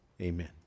Amen